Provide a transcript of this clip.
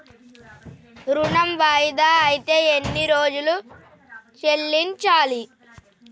ఋణం వాయిదా అత్తే ఎన్ని రోజుల్లో చెల్లించాలి?